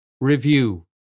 review